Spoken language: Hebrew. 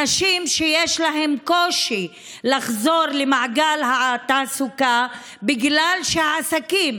אנשים שיש להם קושי לחזור למעגל התעסוקה בגלל שהעסקים